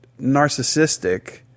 narcissistic